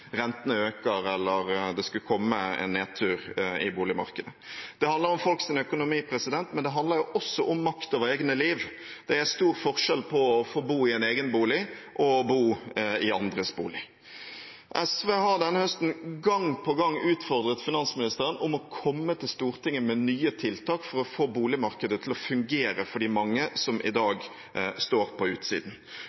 rentene øker, eller det skulle komme en nedtur i boligmarkedet. Det handler om folks økonomi, men det handler også om makt over eget liv. Det er stor forskjell på å få bo i en egen bolig og å bo i andres bolig. SV har denne høsten gang på gang utfordret finansministeren til å komme til Stortinget med nye tiltak for å få boligmarkedet til å fungere for de mange som i